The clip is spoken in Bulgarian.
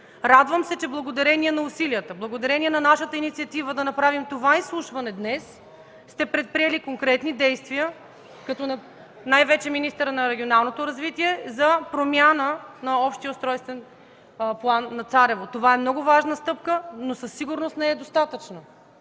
Радвам се, че благодарение на усилията, благодарение на нашата инициатива да направим това изслушване днес, сте предприели конкретни действия, най-вече министърът на регионалното развитие за промяна на Общия устройствен план на Царево. Това е много важна стъпка, но със сигурност не е достатъчна.